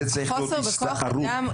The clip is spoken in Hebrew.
צריכה להיות כאן הסתערות.